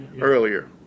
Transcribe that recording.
Earlier